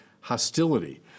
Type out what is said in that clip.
hostility